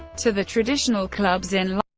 to the traditional clubs in